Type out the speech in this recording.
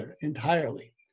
entirely